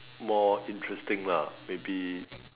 more interesting lah maybe